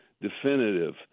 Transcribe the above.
definitive